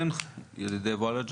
ד"ר אמיר עדן, ידידי וולאג'ה,